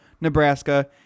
Nebraska